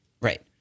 Right